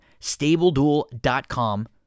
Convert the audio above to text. Stableduel.com